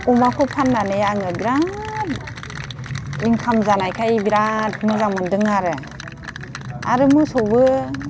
अमाखौ फाननानै आङो बिराद इनकाम जानायखाय बिराद मोजां मोनदों आरो आरो मोसौबो